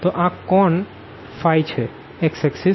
તો આ angle phi છે x એક્ષિસ